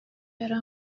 yari